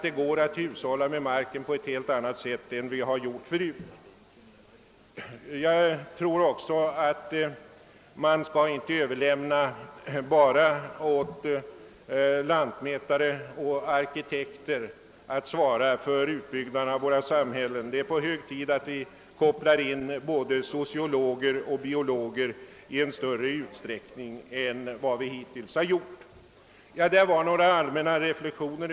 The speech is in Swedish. Det går att hushålla med marken på ett helt annat sätt än vi hittills har gjort. Jag tror inte att man skall överlåta åt lantmätare och arkitekter att ensamma svara för planeringen av våra samhällen. Det är hög tid att koppla in både sociologer och biologer i större utsträckning än hittills. Detta var några allmänna reflexioner.